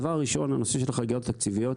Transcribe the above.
הדבר הראשון, הנושא של החריגות התקציביות,